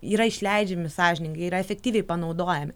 yra išleidžiami sąžiningai yra efektyviai panaudojami